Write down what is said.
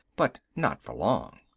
but not for long.